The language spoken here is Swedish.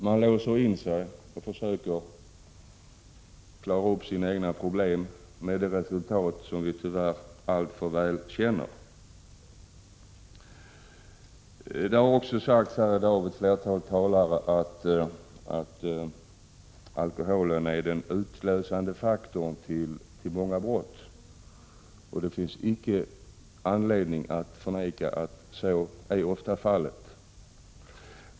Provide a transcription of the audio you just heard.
Man låser in sig och försöker själv klara upp sina problem, och resultatet känner vi alltför väl till. Flera talare har i dag sagt att alkoholen är den utlösande faktorn bakom många brott, och det finns icke anledning att förneka att så ofta är fallet.